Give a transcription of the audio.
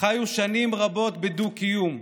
חיו שנים רבות בדו-קיום,